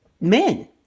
men